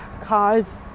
cars